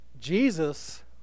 Jesus